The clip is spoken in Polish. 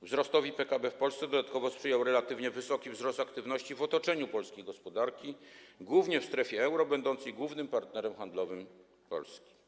Wzrostowi PKB w Polsce dodatkowo sprzyjał relatywnie wysoki wzrost aktywności w otoczeniu polskiej gospodarki, głównie w strefie euro będącej głównym partnerem handlowym Polski.